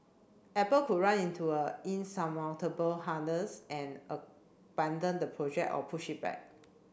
apple could run into a insurmountable hurdles and abandon the project or push it back